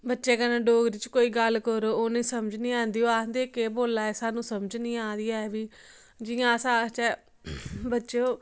बच्चें कन्नै डोगरी च कोई गल्ल करो ओह् समझ निं आंदी ओह् आखदे केह् बोला दे सानूं समझ निं आ दी ऐ बी जियां अस आखचै बच्चो